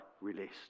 released